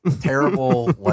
terrible